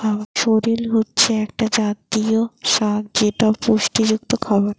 সরেল হচ্ছে এক জাতীয় শাক যেটা পুষ্টিযুক্ত খাবার